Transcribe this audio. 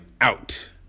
out